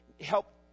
help